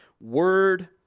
Word